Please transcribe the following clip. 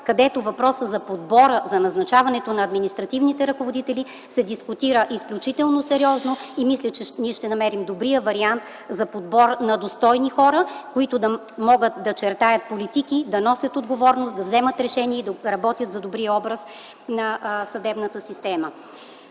където въпросът за подбора на назначаването на административните ръководители се дискутира изключително сериозно. Мисля, че ще намерим добрия вариант за подбора на достойни хора, които да могат да чертаят политики, да носят отговорност, да взимат решения и да работят за добрия образ на съдебната система.